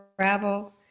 travel